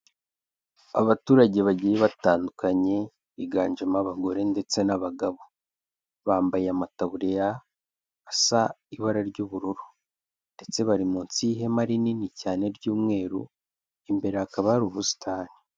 Abaturage bagiye batandukanye, higanjemo abagore ndetse n'abagabo, bambaye amataburiya asa ibara ry'ubururu, ndetse bari munsi y'ihema rinini cyane ry'umweru, imbere hakaba hari ubusitani.